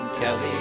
Kelly